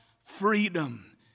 freedom